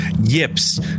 yips